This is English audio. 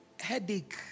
headache